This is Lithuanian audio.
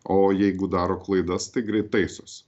o jeigu daro klaidas tai greit taisosi